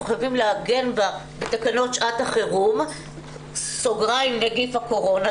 אנחנו חייבים לעגן בתקנות שעת החירום (נגיף הקורונה),